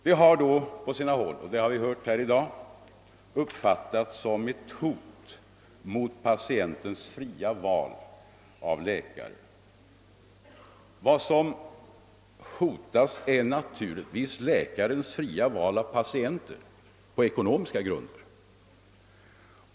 Detta har på sina håll — det har vi hört här i dag — uppfattats som ett hot mot patientens fria val av läkare. Vad som hotas är naturligtvis läkarens fria val av patienter på ekonomiska grunder.